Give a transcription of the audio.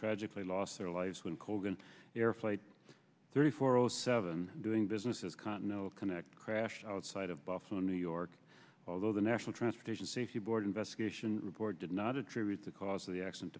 tragically lost their lives when colgan air flight thirty four o seven doing business as no connect crashed outside of buffalo new york although the national transportation safety board investigation report did not attribute the cause of the accident